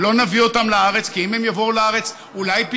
מה דעתכם לבטל את תגלית?